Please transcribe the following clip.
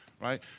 right